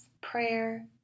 prayer